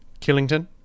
Killington